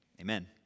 Amen